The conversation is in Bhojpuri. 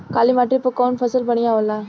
काली माटी पर कउन फसल बढ़िया होला?